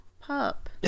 pup